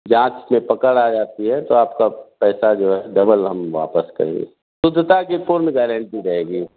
जाँच में पकड़ आ जाती है तो आपका पैसा जो है डबल हम वापस करेंगे शुद्धता की फुल गारंटी रहेगी